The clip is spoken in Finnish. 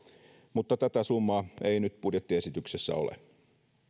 mutta tätä summaa ei nyt budjettiesityksessä ole